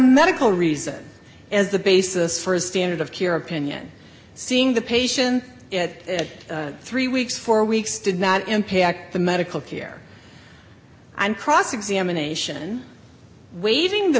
medical reason as the basis for his standard of care opinion seeing the patient it three weeks four weeks did not impact the medical care and cross examination waiving the